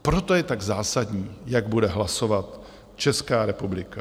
Proto je tak zásadní, jak bude hlasovat Česká republika.